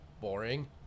boring